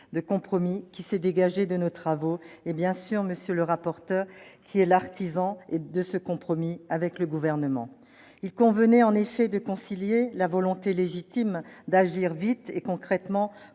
de compromis qui s'est dégagé de nos travaux et, bien sûr, le rapporteur qui est l'artisan de ce compromis avec le Gouvernement. Il convenait en effet de concilier la volonté légitime d'agir vite et concrètement